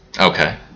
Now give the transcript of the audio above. Okay